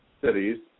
cities